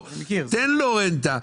תן לו רנטה.